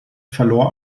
verlor